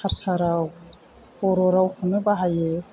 हारसा राव बर' रावखौनो बाहायो